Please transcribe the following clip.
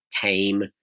tame